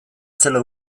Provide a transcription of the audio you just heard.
zela